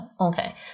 Okay